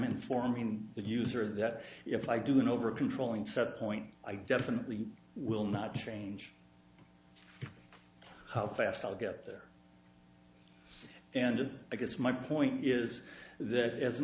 informing the user of that if i do it over controlling setpoint i definitely will not change how fast i'll get there and i guess my point is that as an